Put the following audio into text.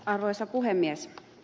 arvoisa puhemies